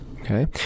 Okay